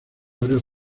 varios